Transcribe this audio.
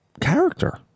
character